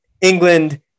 England